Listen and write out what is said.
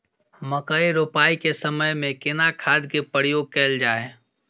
मकई रोपाई के समय में केना खाद के प्रयोग कैल जाय?